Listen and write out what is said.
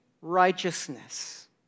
righteousness